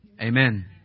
Amen